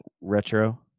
retro